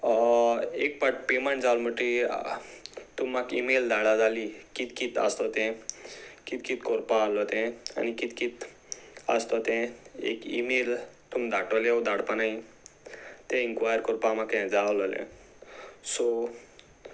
एक पाट पेमेंट जाल म्हुटीर तुम म्हाका इमेल धाडा जाली कितें कितें आसतो तें कितें कितें करपा आसलो तें आनी कितें कितें आसतो तें एक मेल तुम धाडटले धाडपा नाय तें इन्क्वायर करपा म्हाका हें जायललें सो